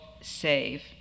save